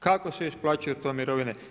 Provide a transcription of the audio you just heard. Kako se isplaćuju se to mirovine?